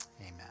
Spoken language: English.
Amen